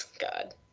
God